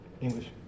English